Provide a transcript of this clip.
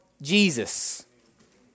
Jesus